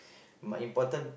my important